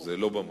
זה לא במקור.